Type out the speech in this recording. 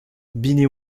billy